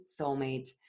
soulmate